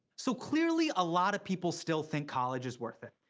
so clearly a lot of people still think college is worth it.